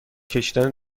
کشیدن